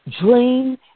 dream